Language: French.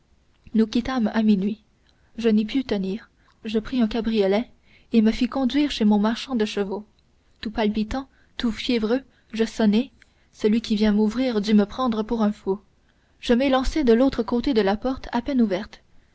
nous quittâmes à minuit je n'y pus tenir je pris un cabriolet et me fis conduire chez mon marchand de chevaux tout palpitant tout fiévreux je sonnai celui qui vint m'ouvrir dut me prendre pour un fou je m'élançai de l'autre côté de la porte à peine ouverte